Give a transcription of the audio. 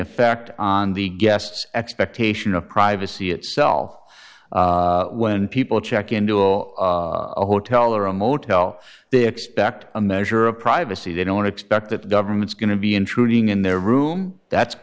effect on the guests expectation of privacy itself when people check into a hotel or a motel they expect a measure of privacy they don't expect that the government's going to be intruding in their room that's